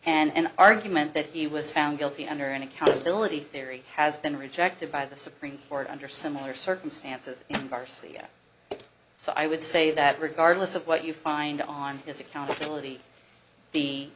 murder and argument that he was found guilty under an accountability very has been rejected by the supreme court under similar circumstances and garcia so i would say that regardless of what you find online it's accountability